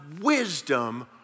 wisdom